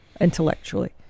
intellectually